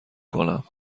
کنم